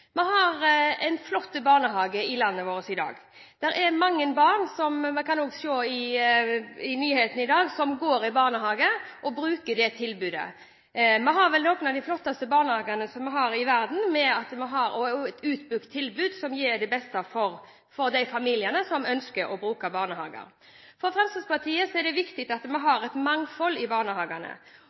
Vi har en flott barnehage i landet vårt i dag. Det er mange barn – noe vi også kan se i nyhetene i dag – som går i barnehage og bruker det tilbudet. Vi har vel noen av de flotteste barnehagene i verden, og vi har også et utbygd tilbud, som gir det beste til de familiene som ønsker å bruke barnehager. For Fremskrittspartiet er det viktig at vi har et mangfold i barnehagene.